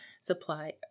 supply